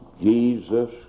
Jesus